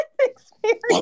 experience